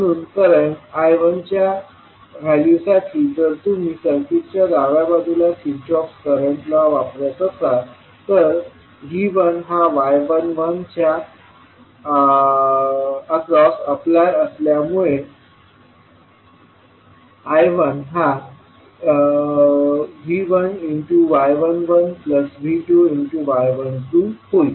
म्हणून करंट I1च्या व्हॅल्यू साठी जर तुम्ही सर्किटच्या डाव्या बाजूला किर्चहॉफ करंट लॉ वापरत असाल तर V1 हा y11च्या अक्रॉस अप्लाय असल्यामुळे I1हा V1 y11V2 y12 होईल